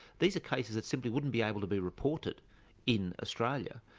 these are cases that simply wouldn't be able to be reported in australia,